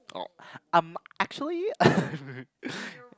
oh um actually